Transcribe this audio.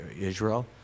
Israel